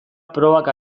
probak